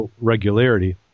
regularity